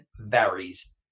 varies